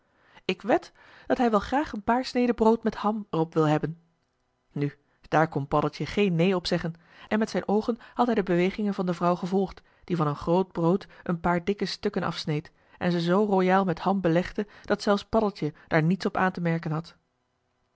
ik wed dat hij wel graag een paar sneden brood met ham er op wil hebben nu daar kon paddeltje geen neen op zeggen en met zijn oogen had hij de bewegingen van de vrouw gevolgd die van een groot brood een paar dikke stukken afsneed en ze zoo royaal met ham belegde dat zelfs paddeltje daar niets op aan te merken had